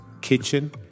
kitchen